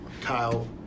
Kyle